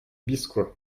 biskoazh